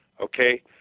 okay